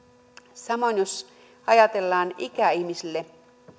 samoin jos ajatellaan ikäihmisiä